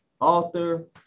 author